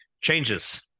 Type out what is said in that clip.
changes